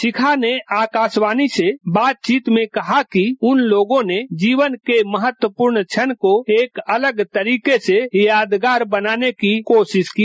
शिखा ने आकाशवाणी से बातचीत में कहा कि उन लोगों ने जीवन के महत्वपूर्ण क्षण को एक अलग तरीके से यादगार बनाने की कोशिश की